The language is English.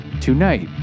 tonight